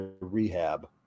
Rehab